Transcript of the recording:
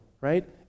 right